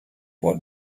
what